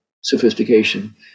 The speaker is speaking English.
sophistication